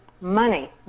Money